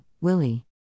Willie